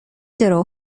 درو